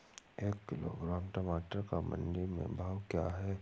एक किलोग्राम टमाटर का मंडी में भाव क्या है?